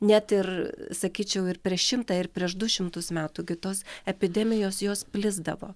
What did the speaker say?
net ir sakyčiau ir prieš šimtą ir prieš du šimtus metų gi tos epidemijos jos plisdavo